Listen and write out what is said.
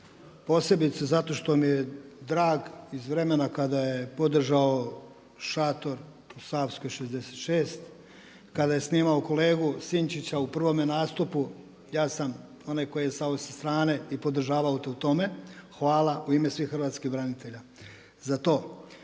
posebice zato što mi je drag iz vremena kada je podržao šator u Savskoj 66. Kada je snimao kolegu Sinčića u prvome nastupu ja sam onaj koji je stajao sa strane i podržavao te u tome. Hvala u ime svih hrvatskih branitelja za to.